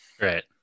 right